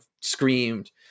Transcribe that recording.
screamed